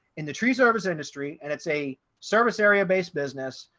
in the tree service industry, and it's a service area based business,